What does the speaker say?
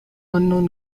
unknown